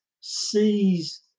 sees